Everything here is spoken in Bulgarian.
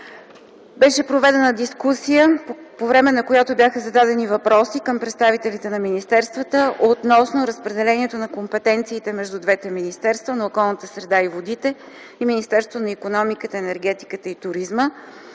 Беше проведена дискусия, по време на която бяха зададени въпроси към представителите на министерствата относно разпределението на компетенциите между двете министерства – на Министерството на околната среда и водите и на Министерство на икономиката, енергетиката и туризма.